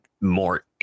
more